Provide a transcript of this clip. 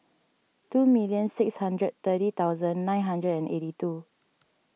two million six hundred thirty thousand nine hundred and eighty two